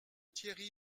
thierry